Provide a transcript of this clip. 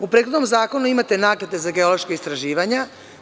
U prethodnom zakonu imate naknade za geološka istraživanja.